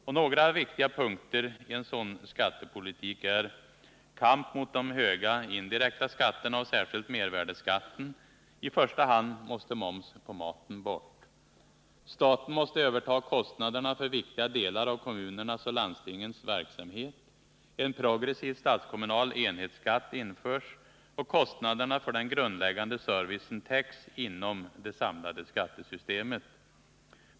Följande punkter är viktiga i en sådan skattepolitik: Vi måste föra en kamp mot de höga indirekta skatterna, särskilt mervärdeskatten. I första hand måste moms på maten bort. Staten måste överta kostnaderna för viktiga delar av kommunernas och landstingens verksamhet. En progressiv statskommunal enhetsskatt införs och kostnaderna för den grundläggande servicen täcks inom det samlade skattesystemet.